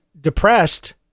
depressed